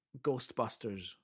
Ghostbusters